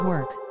work